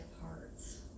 hearts